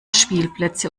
spielplätze